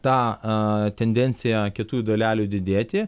tą tendenciją kietųjų dalelių didėti